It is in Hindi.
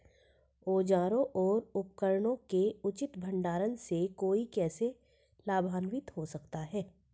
औजारों और उपकरणों के उचित भंडारण से कोई कैसे लाभान्वित हो सकता है?